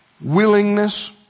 willingness